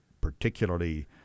particularly